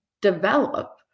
develop